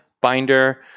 binder